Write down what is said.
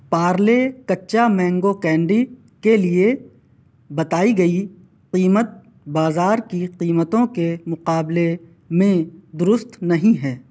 پارلے کچا mango candy کے لیے بتائی گئی قیمت بازار کی قیمتوں کے مقابلے میں درست نہیں ہے